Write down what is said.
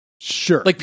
Sure